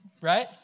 right